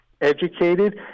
educated